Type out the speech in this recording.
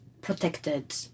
protected